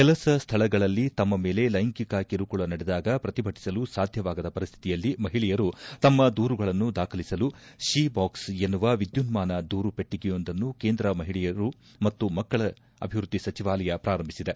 ಕೆಲಸ ಸ್ಥಳಗಳಲ್ಲಿ ತಮ್ಮ ಮೇಲೆ ಲೈಂಗಿಕ ಕಿರುಕುಳ ನಡೆದಾಗ ಪ್ರತಿಭಟಿಸಲು ಸಾಧ್ಯವಾಗದ ಪರಿಶ್ಠಿತಿಯಲ್ಲಿ ಮಹಿಳೆಯರು ತಮ್ಮ ದೂರುಗಳನ್ನು ದಾಖಲಿಸಲು ಶಿ ಬಾಕ್ಸ್ ಎನ್ನುವ ವಿದ್ಯುನ್ಮಾನ ದೂರು ಪೆಟ್ಟಿಗೆಯೊಂದನ್ನು ಕೇಂದ್ರ ಮಹಿಳೆಯರು ಮತ್ತು ಮಕ್ಕಳ ಅಭಿವೃದ್ಧಿ ಸಚಿವಾಲಯ ಪ್ರಾರಂಭಿಸಿದೆ